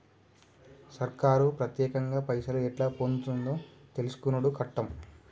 సర్కారు పత్యేకంగా పైసలు ఎట్లా పొందుతుందో తెలుసుకునుడు కట్టం